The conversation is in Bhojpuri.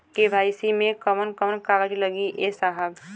के.वाइ.सी मे कवन कवन कागज लगी ए साहब?